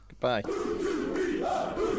Goodbye